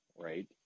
right